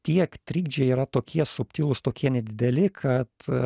tiek trikdžiai yra tokie subtilūs tokie nedideli kad